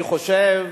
אני חושב